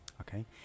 okay